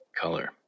color